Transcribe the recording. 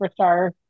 superstar